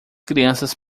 crianças